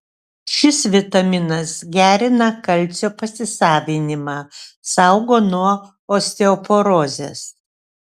šis vitaminas gerina kalcio pasisavinimą saugo nuo osteoporozės